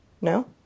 No